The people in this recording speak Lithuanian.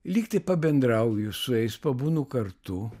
lyg tai pabendrauju su jais pabūnu kartu